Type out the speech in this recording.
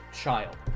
child